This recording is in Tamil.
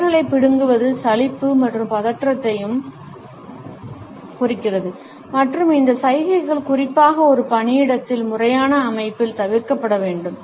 விரல்களைப் பிடுங்குவது சலிப்பு மற்றும் பதற்றத்தையும் குறிக்கிறது மற்றும் இந்த சைகைகள் குறிப்பாக ஒரு பணியிடத்தில் முறையான அமைப்பில் தவிர்க்கப்பட வேண்டும்